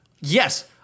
Yes